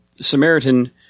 Samaritan